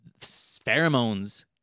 pheromones